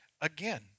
again